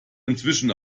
inzwischen